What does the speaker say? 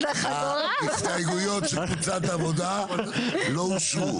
0 ההסתייגויות של קבוצת "העבודה" לא אושרו.